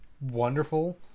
wonderful